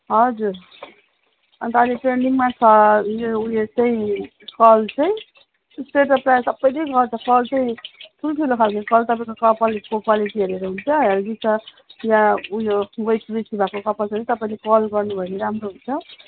हजुर अन्त अहिले ट्रेन्डिङमा छ यो उयो चाहिँ कर्ल चाहिँ स्ट्रेट त प्रायः सबैले गर्छ कर्ल चाहिँ ठुल्ठुलो खालको कर्ल तपाईँको कपालको क्वालिटी हेरेर हुन्छ हेल्दी छ या उयो वेट बेसी भएको कपाल छ भने तपाईँले कर्ल गर्नु भयो भने राम्रो हुन्छ